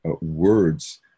words